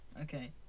okay